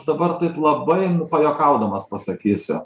dabar taip labai pajuokaudamas pasakysiu